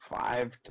five